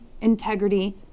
integrity